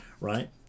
right